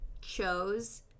chose